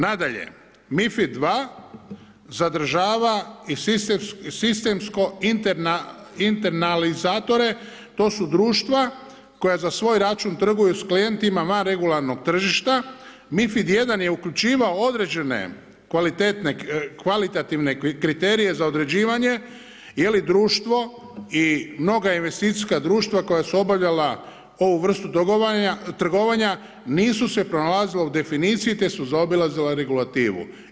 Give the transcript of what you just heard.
Nadalje MiFID 2 zadržava i sistemsko internalizatore to su društva koja za svoj račun trguju s klijentima van regionalnog tržišta, MiFID 1 je uključivao određene kvalitativne kriterije za određivanje, je li društvo i mnoga investicijska društva koja su obavljala ovu vrstu trgovanja, nisu se pronalazile u definicije te su zaobilazila regulativu.